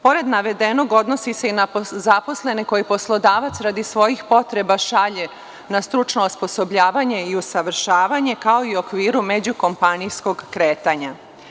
Pored navedenog, odnosi se i na zaposlene koje poslodavac radi svojih potreba šalje na stručno osposobljavanje i usavršavanje, kao i u okviru međukompanijskog kretanja.